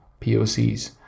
POCs